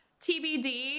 tbd